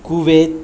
Kuwait